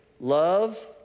love